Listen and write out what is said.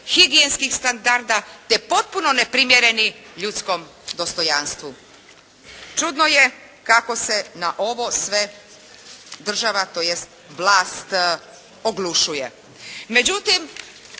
higijenskih standarda te potpuno neprimjereni ljudskom dostojanstvu. Čudno je kako se na ovo sve država, tj. vlast oglušuje.